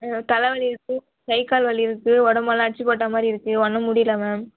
ம் தலைவலி இருக்கு கைக்கால் வலி இருக்கு உடம்பெல்லாம் அடிச்சு போட்ட மாதிரி இருக்கு ஒன்றும் முடியல மேம்